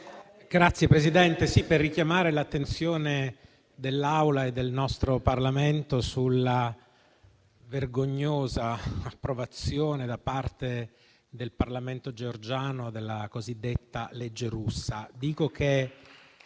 Signora Presidente, desidero richiamare l'attenzione dell'Assemblea e del nostro Parlamento sulla vergognosa approvazione da parte del Parlamento georgiano della cosiddetta legge russa.